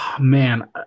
man